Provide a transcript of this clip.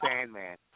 Sandman